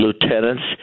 lieutenants